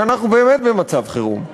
שאנחנו באמת במצב חירום.